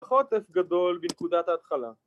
‫חוטף גדול בנקודת ההתחלה.